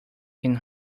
can